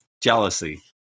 jealousy